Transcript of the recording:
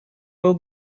был